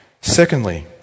Secondly